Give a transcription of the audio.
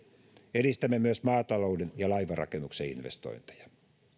edistämme myös maatalouden ja laivanrakennuksen investointeja